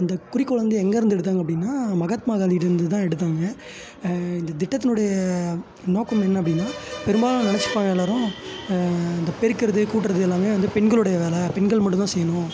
அந்தக் குறிக்கோள் வந்து எங்கேருந்து எடுத்தாங்க அப்படின்னா மகாத்மா காந்திக்கிட்டேந்து தான் எடுத்தாங்க இந்த திட்டத்தினுடைய நோக்கம் என்ன அப்படின்னா பெரும்பாலும் நெனைச்சுப்பாங்க எல்லோரும் இந்தப் பெருக்குவது கூட்டுறது எல்லாமே வந்து பெண்களுடைய வேலை பெண்கள் மட்டும்தான் செய்யணும்